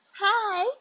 Hi